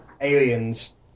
aliens